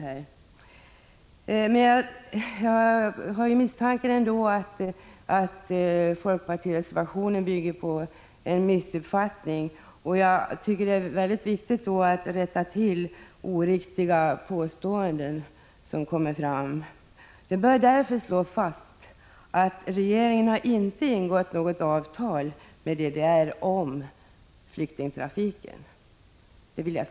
Jag har trots allt misstanken att folkpartireservationen bygger på en missuppfattning, och jag tycker att det är mycket viktigt att rätta till oriktiga påståenden som görs. 6 Det bör därför här och nu slås fast att regeringen inte har ingått något avtal med DDR om flyktingtrafiken.